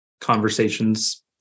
conversations